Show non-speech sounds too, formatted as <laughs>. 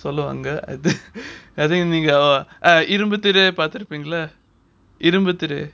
சொல்லுவாங்க அது:solluvanga adhu <laughs> இரும்பு திரை பார்த்துருப்பீங்களா இரும்பு திரை:irumbu thirai parthurupeengala irumbu thirai